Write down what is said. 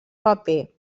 paper